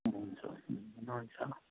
हुन्छ हुन्छ